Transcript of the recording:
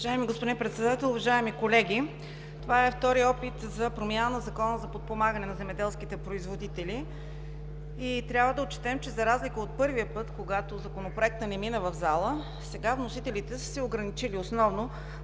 Уважаеми господин Председател, уважаеми колеги! Това е вторият опит за промяна на Закона за подпомагане на земеделските производители и трябва да отчетем, че, за разлика от първия път, когато Законопроектът не мина в залата, сега вносителите са се ограничили основно